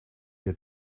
your